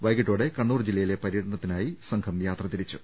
വൈകീട്ടോടെ കണ്ണൂർ ജില്ലയിലെ പര്യടനത്തി നായി സംഘം യാത്ര തിരിച്ചു